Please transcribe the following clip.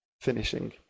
Finishing